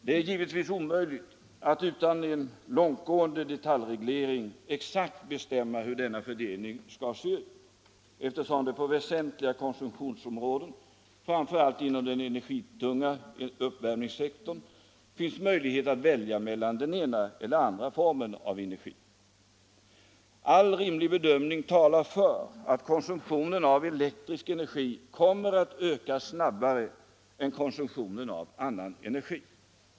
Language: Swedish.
Det är givetvis omöjligt att utan en långtgående detaljreglering exakt bestämma hur den fördelningen skall se ut, eftersom det på väsentliga konsumtionsområden, framför allt inom den energitunga uppvärmningssektorn, finns möjlighet att välja mellan den ena eller andra formen av energi. All rimlig bedömning talar för att konsumtionen av elektrisk energi kommer att öka snabbare än konsumtionen av annan energi.